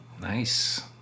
nice